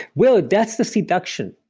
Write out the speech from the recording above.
well, that's the seduction.